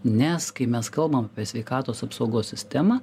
nes kai mes kalbam apie sveikatos apsaugos sistemą